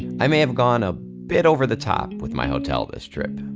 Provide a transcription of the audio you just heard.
i may have gone a bit over the top with my hotel this trip.